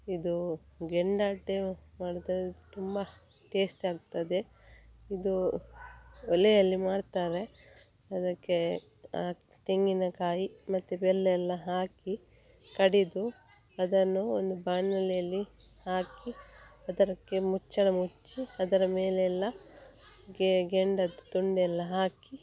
ಇದು ಗೆಂಡದಡ್ಡೆ ಮಾಡ್ತದದೆ ತುಂಬ ಟೇಸ್ಟ್ ಆಗ್ತದೆ ಇದು ಒಲೆಯಲ್ಲಿ ಮಾಡ್ತಾರೆ ಅದಕ್ಕೆ ಹಾಕ್ ತೆಂಗಿನಕಾಯಿ ಮತ್ತು ಬೆಲ್ಲಯೆಲ್ಲ ಹಾಕಿ ಕಡೆದು ಅದನ್ನು ಒಂದು ಬಾಣಲೆಯಲ್ಲಿ ಹಾಕಿ ಅದಕ್ಕೆ ಮುಚ್ಚಳ ಮುಚ್ಚಿ ಅದರ ಮೇಲೆಲ್ಲ ಕೆಂಡದ ತುಂಡೆಲ್ಲ ಹಾಕಿ